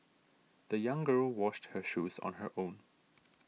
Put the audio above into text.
the young girl washed her shoes on her own